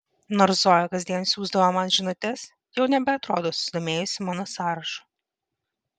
nors zoja kasdien siųsdavo man žinutes jau nebeatrodo susidomėjusi mano sąrašu